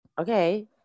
okay